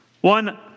One